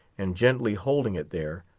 and gently holding it there,